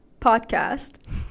podcast